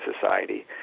society